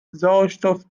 sauerstoff